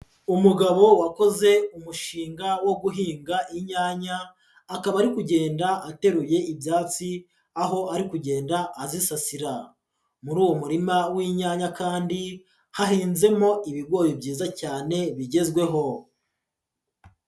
Umugabo wakoze umushinga wo guhinga inyanya akaba ari kugenda ateruye ibyatsi aho ari kugenda azisasira. Muri uwo murima w'inyanya kandi hahinzemo ibigori byiza cyane bigezweho.